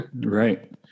Right